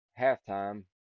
halftime